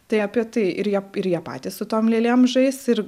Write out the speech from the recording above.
tai apie tai ir jie ir jie patys su tom lėlėm žais ir